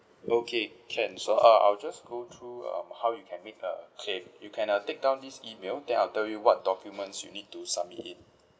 okay can so uh I'll just go through um how you can make a claim you can uh take down this email then I'll tell you what documents you need to submit in